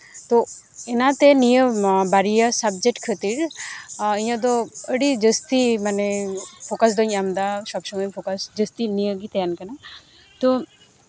ᱛᱚ ᱚᱱᱟᱛᱮ ᱱᱤᱭᱟᱹ ᱵᱟᱨᱭᱟ ᱥᱟᱵᱡᱮᱠᱴ ᱠᱷᱟᱹᱛᱤᱨ ᱤᱧᱟᱹᱜ ᱫᱚ ᱟᱹᱰᱤ ᱡᱟᱹᱥᱛᱤ ᱢᱟᱱᱮ ᱯᱷᱳᱠᱟᱥ ᱫᱚᱧ ᱮᱢᱫᱟ ᱥᱚᱵ ᱥᱚᱢᱚᱭ ᱯᱷᱳᱠᱟᱥ ᱡᱟᱹᱥᱛᱤ ᱱᱤᱭᱟᱹᱜᱮ ᱛᱟᱦᱮᱱ ᱠᱟᱱᱟ ᱛᱚ